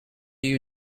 you